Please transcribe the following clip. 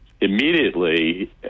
immediately